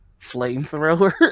flamethrower